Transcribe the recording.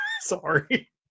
Sorry